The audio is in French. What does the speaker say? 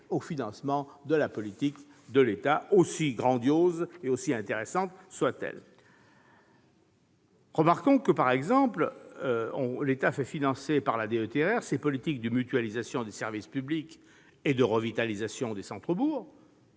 au financement de la politique de l'État, aussi grandiose et aussi intéressante soit-elle ! Remarquons, par exemple, que l'État fait financer par la DETR ses politiques de mutualisation de services publics et de revitalisation des centres-bourgs-